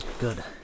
Good